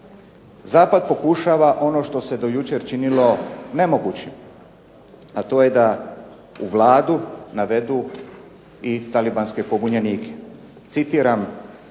Zapad pokušava ono što se do jučer činilo nemogućim, a to je da u vladu navedu i talibanske pobunjenike. Citiram